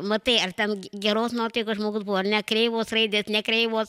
matai ar ten geros nuotaikos žmogus buvo ar ne kreivos raidės ne kreivos